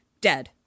dead